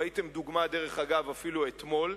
ראיתם דוגמה, דרך אגב, אפילו אתמול,